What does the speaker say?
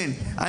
כן, כן.